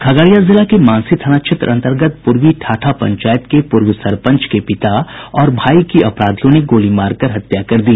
खगड़िया जिला के मानसी थाना क्षेत्र अन्तर्गत पूर्वी ठाठा पंचायत के पूर्व सरपंच के पिता और भाई की अपराधियों ने गोली मारकर हत्या कर दी